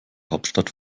hauptstadt